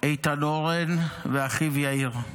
איתן הורן ואחיו יאיר.